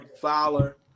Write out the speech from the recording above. Fowler